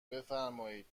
بفرمایید